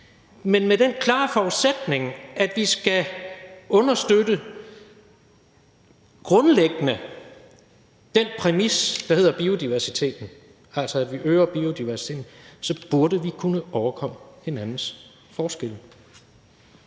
men med den klare forudsætning, at vi grundlæggende skal understøtte den præmis, der hedder biodiversiteten, altså at vi øger biodiversiteten, så burde kunne overkomme hinandens forskelle.